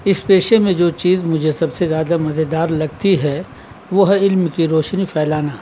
اس پیشے میں جو چیز مجھے سب سے زیادہ مزیدار لگتی ہے وہ ہے علم کی روشنی پھیلانا